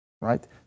right